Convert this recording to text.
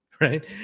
right